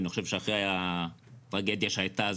אני חושב שאחרי הטרגדיה שהייתה,